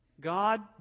God